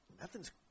nothing's